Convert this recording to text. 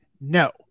no